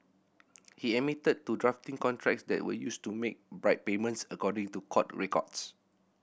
he admitted to drafting contracts that were used to make bribe payments according to court records